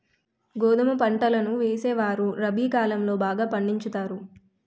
గోధుమ పంటలను వేసేవారు రబి కాలం లో బాగా పండించుతారు